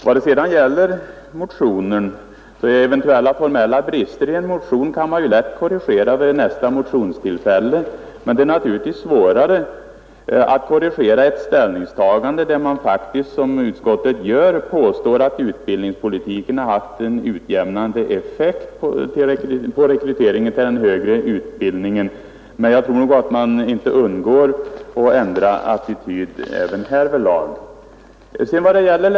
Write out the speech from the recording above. Vad sedan gäller motionen kan sägas att eventuella formella brister lätt kan korrigeras vid nästa motionstillfälle, men det är naturligtvis svårare att korrigera ett ställningstagande, där utskottet faktiskt påstår att utbildningspolitiken haft en utjämnande effekt på rekryteringen till den högre utbildningen. Men jag tror nog att man inte heller härvidlag kan undgå att ändra attityd.